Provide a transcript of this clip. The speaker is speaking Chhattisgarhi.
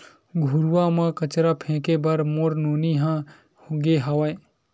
घुरूवा म कचरा फेंके बर मोर नोनी ह गे हावय